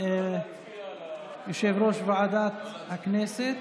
יושב-ראש ועדת הכנסת.